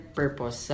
purpose